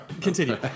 continue